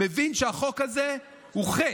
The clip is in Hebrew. מבין שהחוק הזה הוא חטא.